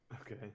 Okay